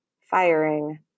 firing